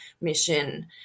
mission